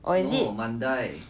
or is it